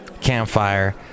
Campfire